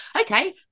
Okay